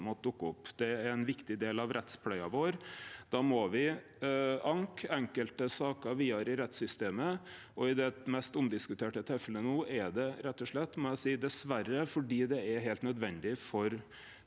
måtte dukke opp. Det er ein viktig del av rettspleia vår. Da må me anke enkelte saker vidare i rettssystemet, og i det mest omdiskuterte tilfellet no skjer det rett og slett – dessverre, må eg seie – fordi det er heilt nødvendig for